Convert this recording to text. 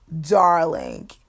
darling